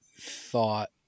thought